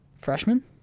Freshman